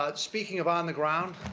ah speaking of on the ground,